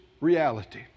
reality